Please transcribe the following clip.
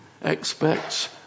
expects